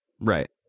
Right